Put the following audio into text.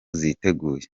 ziteguye